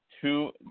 two –